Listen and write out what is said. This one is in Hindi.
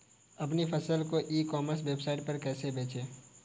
अपनी फसल को ई कॉमर्स वेबसाइट पर कैसे बेचें?